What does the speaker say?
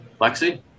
Lexi